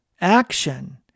action